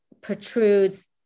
protrudes